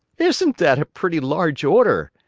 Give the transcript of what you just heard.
isn't that a pretty large order?